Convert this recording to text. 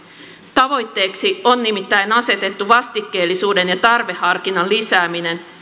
tavoitteeksi on nimittäin asetettu vastikkeellisuuden ja tarveharkinnan lisääminen